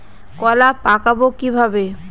কলা পাকাবো কিভাবে?